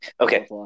Okay